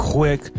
Quick 。